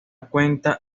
cuenta